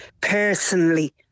personally